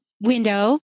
window